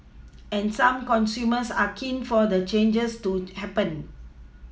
and some consumers are keen for the changes to happen